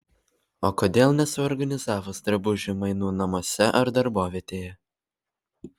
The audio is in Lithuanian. o kodėl nesuorganizavus drabužių mainų namuose ar darbovietėje